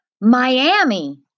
Miami